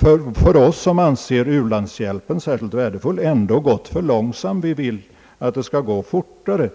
har ändå för oss som anser u-landshjälpen vara särskilt värdefull gått för långsamt. Vi vill att den skall gå snabbare.